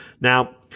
Now